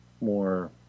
more